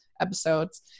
episodes